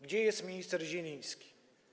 Gdzie jest minister Zieliński?